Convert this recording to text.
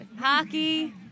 hockey